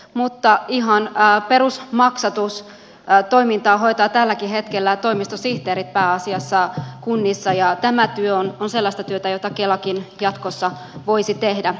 mutta ihan perusmaksatustoimintaa hoitavat tälläkin hetkellä kunnissa pääasiassa toimistosihteerit ja tämä työ on sellaista työtä jota kelakin jatkossa voisi tehdä